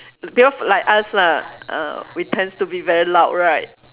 because like us lah uh we tends to be very loud right